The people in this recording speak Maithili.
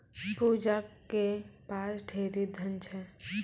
पूजा के पास ढेरी धन छै